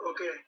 Okay